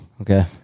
Okay